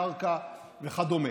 קרקע וכדומה.